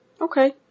Okay